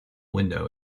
window